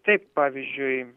taip pavyzdžiui